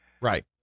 Right